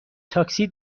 تاکسی